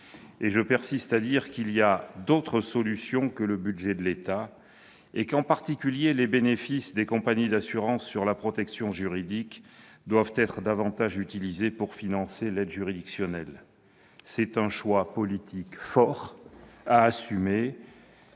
Je persiste à dire qu'il y a d'autres solutions que recourir au budget de l'État. En particulier, les bénéfices réalisés par les compagnies d'assurances sur la protection juridique doivent être davantage sollicités pour financer l'aide juridictionnelle. C'est un choix politique fort à assumer